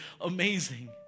amazing